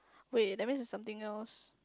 wait that mean is something else